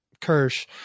Kirsch